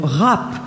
rap